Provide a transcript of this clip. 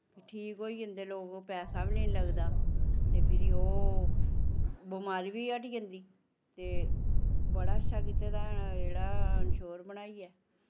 ठीक होई जंदे लोक ओह् पैसा बी नेईं लगदा ते फिरी ओह् बमारी बी हटी जंदी ते बड़ा अच्छा कीत्ते दा एह्ड़ा इंशोर बनाइयै